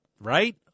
right